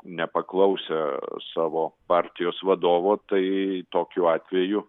nepaklausę savo partijos vadovo tai tokiu atveju